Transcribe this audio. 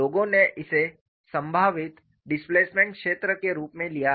लोगों ने इसे संभावित डिस्प्लेसमेंट क्षेत्र के रूप में लिया है